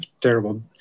terrible